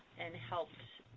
and helped